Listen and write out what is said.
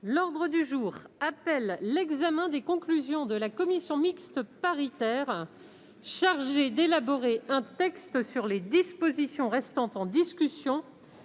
L'ordre du jour appelle l'examen des conclusions de la commission mixte paritaire chargée d'élaborer un texte sur les dispositions restant en discussion